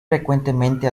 frecuentemente